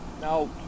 No